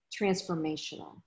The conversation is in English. transformational